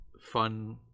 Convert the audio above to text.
fun